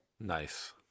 nice